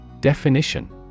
Definition